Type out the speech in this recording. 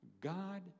God